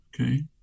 Okay